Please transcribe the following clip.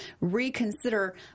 reconsider